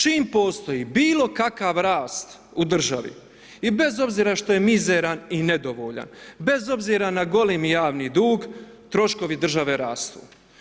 Čim postoji bilo kakav rast u državi i bez obzira što je mizeran i nedovoljan, bez obzira na golemi javni dug, troškovi države rastu.